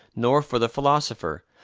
nor for the philosopher,